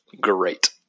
great